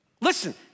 Listen